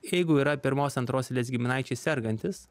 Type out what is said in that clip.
jeigu yra pirmos antros eilės giminaičiai sergantys